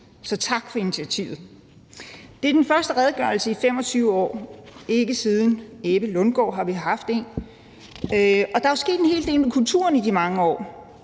Så tak for initiativet. Det er den første redegørelse i 25 år – ikke siden Ebbe Lundgaard har vi haft en – og der er jo sket en hel del med kulturen i de mange år.